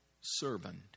servant